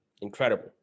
incredible